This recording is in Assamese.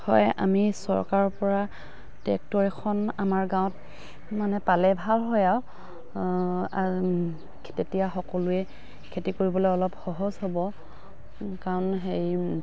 হয় আমি চৰকাৰৰ পৰা টেক্টৰ এখন আমাৰ গাঁৱত মানে পালে ভাল হয় আৰু তেতিয়া সকলোৱে খেতি কৰিবলৈ অলপ সহজ হ'ব কাৰণ হেৰি